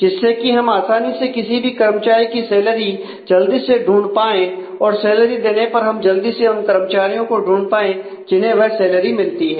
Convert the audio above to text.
जिससे कि हम आसानी से किसी भी कर्मचारी की सैलरी जल्दी से ढूंढ पाए और सैलरी देने पर हम जल्दी से उन कर्मचारियों को ढूंढ पाए जिन्हें वह सैलरी मिलती है